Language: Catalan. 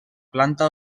planta